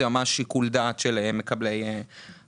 זה ממש שיקול דעת של מקבלי ההחלטות.